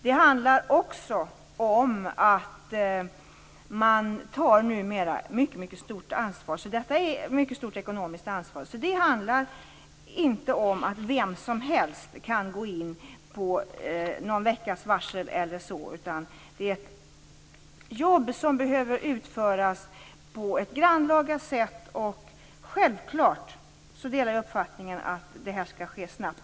Det handlar också om att man numera tar mycket stort ekonomiskt ansvar. Det handlar inte om att vem som helst kan gå in med någon veckas varsel. Det är ett jobb som behöver utföras på ett grannlaga sätt. Självklart delar jag uppfattningen att det här skall ske snabbt.